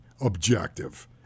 objective